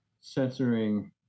censoring